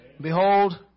behold